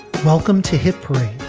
welcome to hit parade,